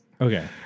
Okay